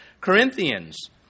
Corinthians